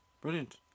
Brilliant